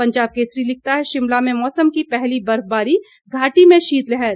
पंजाब केसरी लिखता है शिमला में मौसम की पहली बर्फबारी घाटी में शीतलहर